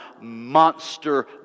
monster